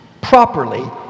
properly